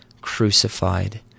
crucified